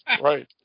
Right